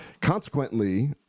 Consequently